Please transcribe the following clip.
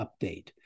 update